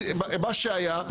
מה שהיה.